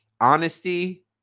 honesty